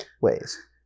ways